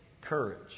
courage